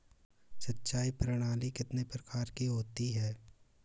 सिंचाई प्रणाली कितने प्रकार की होती है?